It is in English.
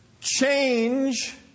change